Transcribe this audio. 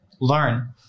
learn